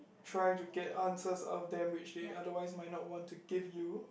try to get answers out of them which they otherwise might not want to give you